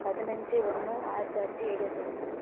பதினஞ்சு ஒன்று ஆயிரத்தி தொள்ளாயிரத்தி எழுபத்தொன்னு